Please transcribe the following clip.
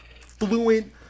fluent